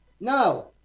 No